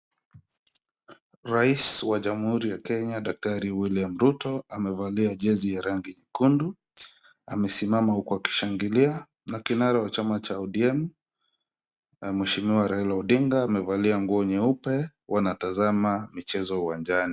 Rais wa jamhuri ya Kenya Daktari William Ruto amevalia jezi ya rangi nyekundu, amesimama huku akishangilia na kinara wa chama cha ODM, mheshimiwa Raila Odinga amevalia nguo nyeupe. Wanatazama michezo uwanjani.